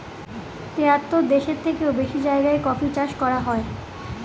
তেহাত্তর দেশের থেকেও বেশি জায়গায় কফি চাষ করা হয়